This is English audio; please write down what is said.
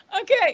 Okay